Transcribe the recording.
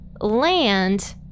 land